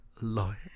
lawyer